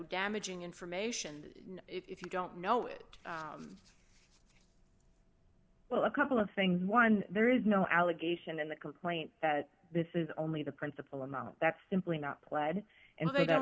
damaging information if you don't know it well a couple of things one there is no allegation in the complaint that this is only the principal amount that's simply not pled and